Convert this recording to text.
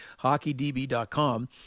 hockeydb.com